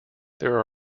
there